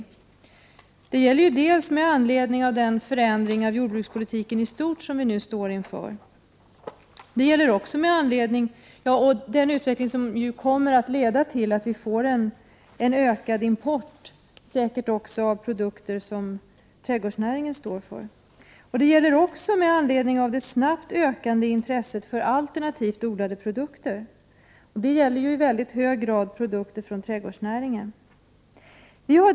Detta gäller dels med hänsyn till den förändring av jordbrukspolitiken i stort som vi nu står inför och den utveckling som kommer att leda till ökad import även av sådana produkter som trädgårdsnäringen framställer, dels med hänsyn till det snabbt ökande intresset för alternativt odlade produkter. Det är i hög grad fallet med produkter från trädgårdsnäringen.